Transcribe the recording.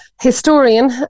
historian